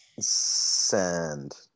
Sand